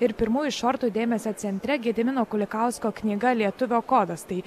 ir pirmųjų šortų dėmesio centre gedimino kulikausko knyga lietuvio kodas tai